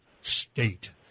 state